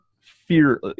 fear